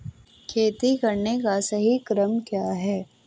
खेती करने का सही क्रम क्या है?